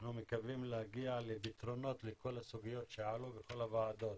אנחנו מקווים להגיע לפתרונות לכל הסוגיות שעלו בכל הוועדות.